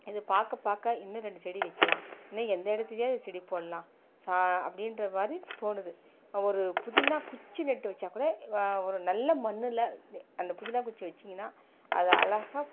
இதை பார்க்க பார்க்க இன்னும் ரெண்டு செடி வைக்கிலாம் இன்னும் எந்த இடத்துலயாவது செடி போட்லாம் சா அப்படின்றவாறு தோணுது ஒரு புதினா குச்சி நட்டு வச்சா கூட ஒரு நல்ல மண்ணில் அந்த புதினா குச்சி வச்சிங்கனா அது அழகாக